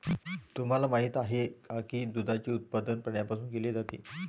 तुम्हाला माहित आहे का की दुधाचे उत्पादन प्राण्यांपासून केले जाते?